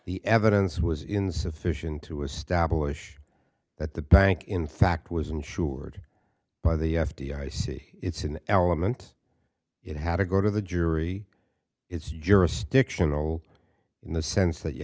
the evidence was insufficient to establish that the bank in fact was insured by the f b i see it's an element it had to go to the jury it's jurisdictional in the sense that you